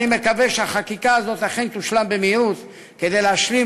אני מקווה שהחקיקה הזאת אכן תושלם במהירות כדי להשלים